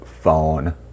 phone